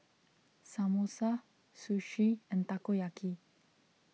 Samosa Sushi and Takoyaki